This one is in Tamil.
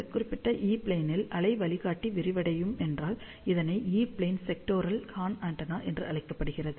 இந்த குறிப்பிட்ட ஈ ப்ளேனில் அலை வழிகாட்டி விரிவடையும் என்றால் இதனை E plane sectoral horn antenna என அழைக்கப்படுகிறது